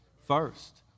First